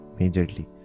Majorly